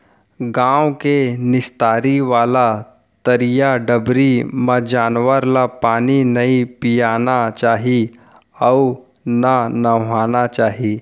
गॉँव के निस्तारी वाला तरिया डबरी म जानवर ल पानी नइ पियाना चाही अउ न नहवाना चाही